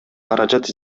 каражат